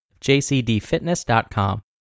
jcdfitness.com